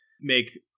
make